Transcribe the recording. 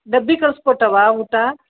ಡಬ್ಬಿ ಕಳಿಸ್ಕೊಟ್ಟವ್ವ ಊಟ